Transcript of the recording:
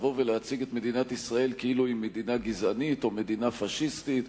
לבוא ולהציג את מדינת ישראל כאילו היא מדינה גזענית או מדינה פאשיסטית